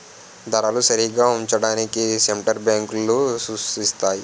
ధరలు సరిగా ఉంచడానికి సెంటర్ బ్యాంకులు సూత్తాయి